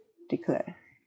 declare